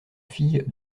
fille